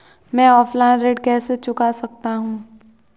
मैं ऑफलाइन ऋण कैसे चुका सकता हूँ?